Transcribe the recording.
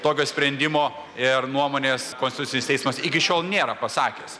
tokio sprendimo ir nuomonės konstitucinis teismas iki šiol nėra pasakęs